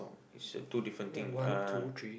it's a two different thing uh